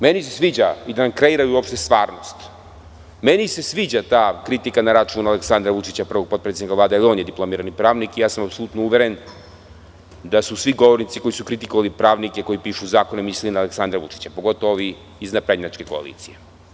Meni se sviđa i da nam kreiraju uopšte stvarnost, meni se sviđa ta kritika na račun Aleksandra Vučića, prvog potpredsednika vlade, jer i on je diplomirani pravnik i ja sam apsolutno uveren da su svi govornici koji su kritikovali pravnike koji pišu zakone, mislili na Aleksandra Vučića, pogotovo ovi iz naprednjačke koalicije.